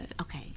Okay